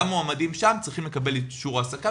גם מועמדים שם צריכים לקבל אישור העסקה.